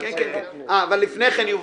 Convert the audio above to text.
לפני כן,